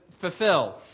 fulfill